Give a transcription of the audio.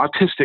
autistic